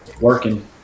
working